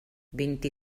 vint